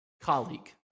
colleague